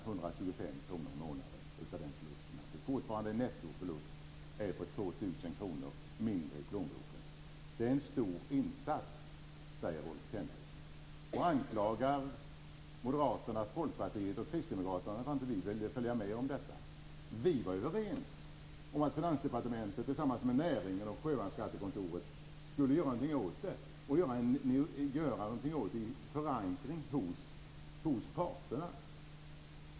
Det är alltså fortfarande en nettoförlust, då de får 2 000 kr mindre i plånboken. Det är en stor insats, säger Rolf Kenneryd. Han anklagar oss moderater, Folkpartiet och Kristdemokraterna för att vi inte vill stödja detta. Vi var överens om att Finansdepartementet tillsammans med näringen och Sjömansskattekontoret skulle göra någonting åt det i förankring hos parterna.